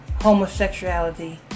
homosexuality